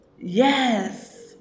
Yes